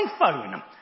iPhone